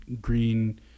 green